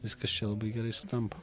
viskas čia labai gerai sutampa